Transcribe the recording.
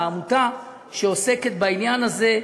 בעמותה שעוסקת בעניין הזה.